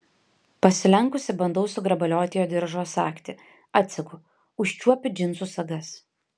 pasilenkusi bandau sugrabalioti jo diržo sagtį atsegu užčiuopiu džinsų sagas